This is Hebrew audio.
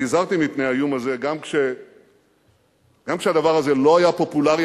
אני הזהרתי מפני האיום הזה גם כשהדבר הזה לא היה פופולרי,